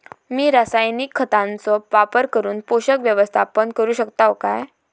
मी रासायनिक खतांचो वापर करून पोषक व्यवस्थापन करू शकताव काय?